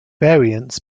variants